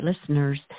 listeners